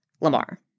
Lamar